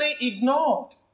ignored